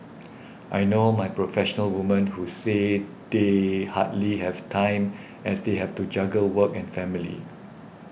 I know my professional women who say they hardly have time as they have to juggle work and family